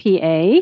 PA